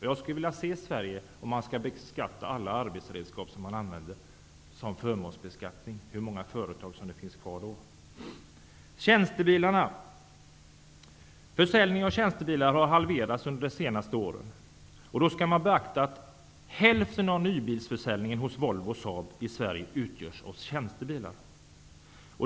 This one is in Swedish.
Jag skulle vilja se hur många företag som finns kvar i Sverige om alla arbetsredskap som man använder beskattas som förmån. Försäljningen av tjänstebilar har halverats under de senaste åren, och då skall man beakta att hälften av nybilsförsäljningen hos Volvo och Saab i Sverige utgörs av tjänstebilar.